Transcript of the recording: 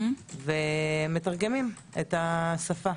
מתרגמים, את השפה.